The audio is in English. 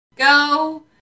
Go